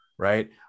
right